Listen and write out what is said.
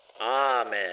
Amen